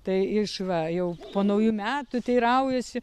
tai iš va jau po naujų metų teiraujasi